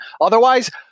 Otherwise